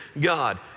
God